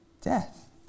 death